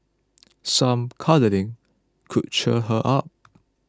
some cuddling could cheer her up